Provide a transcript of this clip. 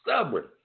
stubborn